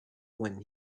when